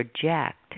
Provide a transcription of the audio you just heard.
project